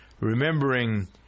remembering